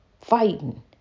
Fighting